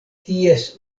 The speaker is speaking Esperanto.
ties